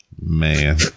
Man